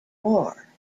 war